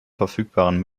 verfügbaren